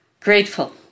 grateful